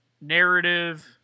narrative